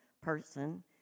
person